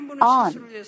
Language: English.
on